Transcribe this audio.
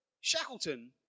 Shackleton